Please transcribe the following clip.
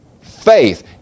faith